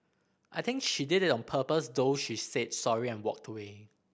I think she did it on purpose though she said sorry and walked away